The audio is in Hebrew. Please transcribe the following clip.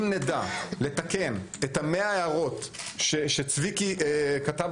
אם נדע לתקן את 100 ההערות שצביקי טסלר כתב